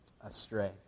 astray